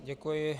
Děkuji.